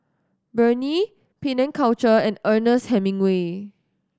Burnie Penang Culture and Ernest Hemingway